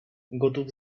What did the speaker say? gotów